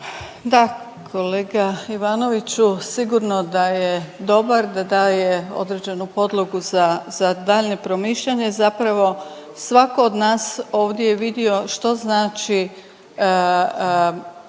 Da, kolega Ivanoviću sigurno da je dobar, da daje određenu podlogu za, za daljnje promišljanje, zapravo svako od nas ovdje je vidio što znači